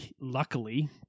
luckily